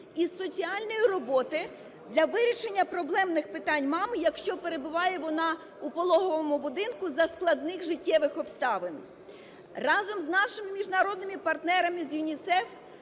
із соціальної роботи для вирішення проблемних питань мами, якщо перебуває вона у пологовому будинку за складних життєвих обставин. Разом з нашими міжнародними партнерами з ЮНІСЕФ